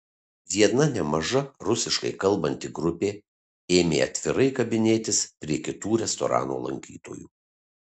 viena nemaža rusiškai kalbanti grupė ėmė atvirai kabinėtis prie kitų restorano lankytojų